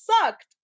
sucked